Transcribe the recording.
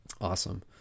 awesome